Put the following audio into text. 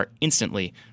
instantly